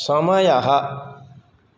समयः